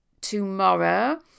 tomorrow